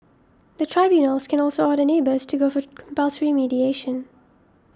the tribunals can also order neighbours to go for compulsory mediation